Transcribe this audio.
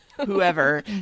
whoever